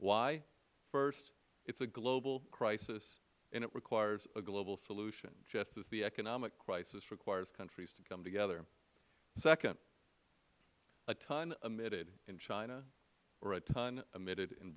why first it is a global crisis and it requires a global solution just as the economic crisis requires countries to come together second a ton emitted in china or a ton emitted in